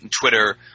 Twitter